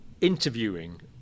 interviewing